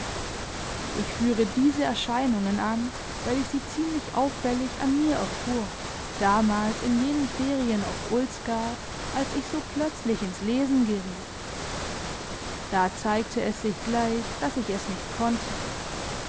ich führe diese erscheinungen an weil ich sie ziemlich auffällig an mir erfuhr damals in jenen ferien auf ulsgaard als ich so plötzlich ins lesen geriet da zeigte es sich gleich daß ich es nicht konnte